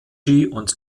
und